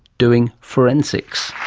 doing forensics.